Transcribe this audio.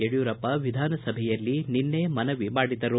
ಯಡಿಯೂರಪ್ಪ ವಿಧಾನಸಭೆಯಲ್ಲಿ ನಿನ್ನೆ ಮನವಿ ಮಾಡಿದರು